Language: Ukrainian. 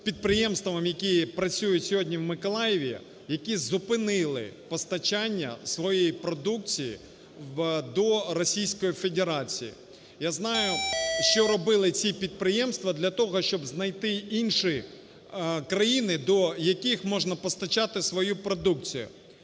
підприємствам, які працюють сьогодні в Миколаєві, які зупинили постачання своєї продукції до Російської Федерації. Я знаю, що робили ці підприємства для того, щоб знайти інші країни, до яких можна постачати свою продукцію.